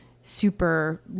super